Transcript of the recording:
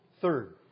Third